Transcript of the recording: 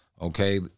Okay